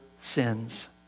sins